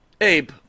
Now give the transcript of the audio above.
Abe